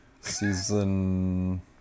Season